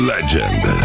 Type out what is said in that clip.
Legend